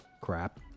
crap